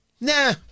Nah